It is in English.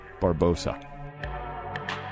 Barbosa